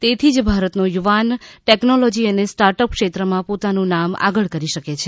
તેથી જ ભારતનો યુવાન ટેકનોલોજી અને સ્ટાર્ટઅપ ક્ષેત્રમાં પોતાનું નામ આગળ કરી શકે છે